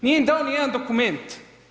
Nije im dao nijedan dokument.